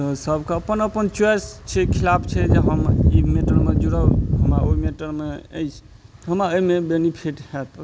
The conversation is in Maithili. तऽ सबके अपन अपन च्वाइस छै खिलाफ छै जे हम ई मैटरमे जुड़ब हमरा ओहि मैटरमे अछि हमरा एहिमे बेनिफिट होएत तऽ